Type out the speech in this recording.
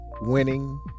winning